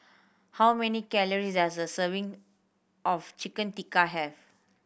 how many calories does a serving of Chicken Tikka have